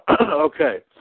Okay